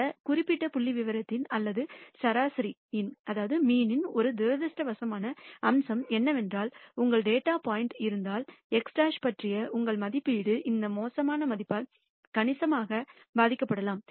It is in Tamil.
இந்த குறிப்பிட்ட புள்ளிவிவரத்தின் அல்லது சராசரியின் ஒரு துரதிர்ஷ்டவசமான அம்சம் என்னவென்றால் உங்கள் டேட்டா பாயிண்ட் இருந்தால் x̅ பற்றிய உங்கள் மதிப்பீடு இந்த மோசமான மதிப்பால் கணிசமாக பாதிக்கப்படலாம்